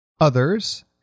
others